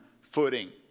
footing